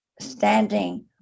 standing